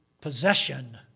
possession